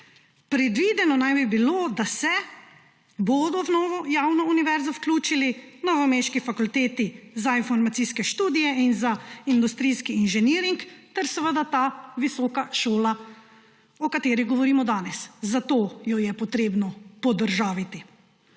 Predvideno naj bi bilo, da se bodo v novo javno univerzo vključili novomeški fakulteti za informacijske študije in za industrijski inženiring ter seveda ta visoka šola, o kateri govorimo danes. Zato jo je treba podržaviti.